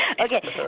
Okay